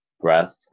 breath